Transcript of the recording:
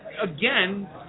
again